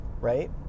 right